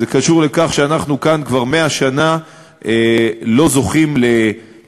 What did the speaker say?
זה קשור לכך שאנחנו כאן כבר 100 שנה לא זוכים ללגיטימציה